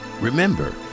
Remember